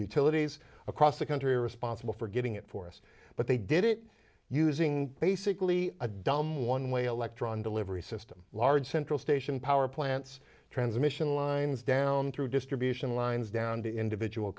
utilities across the country are responsible for getting it for us but they did it using basically a dumb one way electron delivery system large central station power plants transmission lines down through distribution lines down to individual